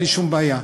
אין לי שום בעיה.